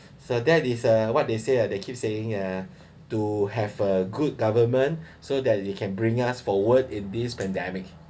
so that is uh what they say are they keep saying uh to have a good government so that they can bring us forward in this pandemic